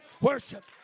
worship